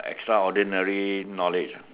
extraordinary knowledge